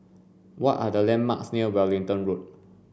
what are the landmarks near Wellington Road